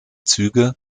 züge